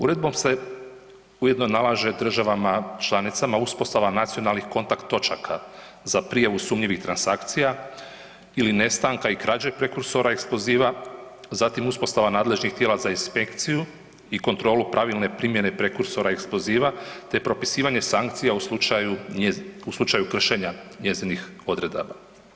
Uredbom se ujedno nalaže državama članicama uspostava nacionalnih kontakt točaka za prijavu sumnjivih transakcija ili nestanka i krađe prekursora eksploziva, zatim uspostava nadležnih tijela za inspekciju i kontrolnu pravilne primjene prekursora eksploziva te propisivanje sankcija u slučaju kršenja njezinih odredaba.